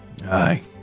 Aye